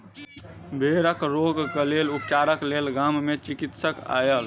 भेड़क रोग के उपचारक लेल गाम मे चिकित्सक आयल